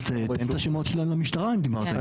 אז תן את השמות שלהם למשטרה אם דיברת איתם.